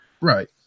Right